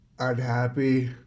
unhappy